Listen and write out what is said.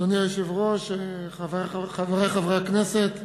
1. אדוני היושב-ראש, חברי חברי הכנסת,